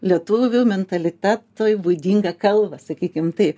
lietuvių mentalitetui būdingą kalbą sakykim taip